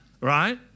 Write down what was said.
Right